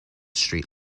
street